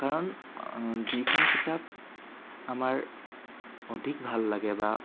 কাৰণ যিখন কিতাপ আমাৰ অধিক ভাল লাগে বা